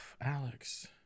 Alex